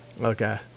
Okay